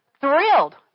Thrilled